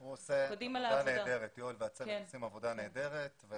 יואל עושה עבודה נהדרת.